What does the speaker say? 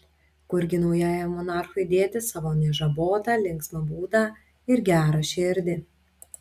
kurgi naujajam monarchui dėti savo nežabotą linksmą būdą ir gerą širdį